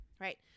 Right